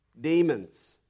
demons